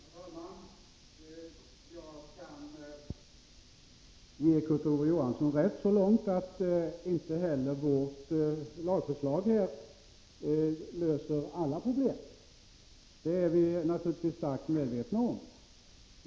Herr talman! Jag kan ge Kurt Ove Johansson rätt så långt, att inte heller vårt lagförslag löser alla problem. Det är vi naturligtvis starkt medvetna om.